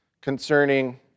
concerning